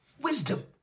Wisdom